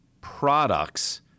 products